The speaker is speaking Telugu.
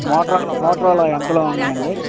మోటరోలా మోటరోలా ఎంతలో ఉన్నాయి అండి